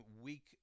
weak